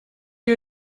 you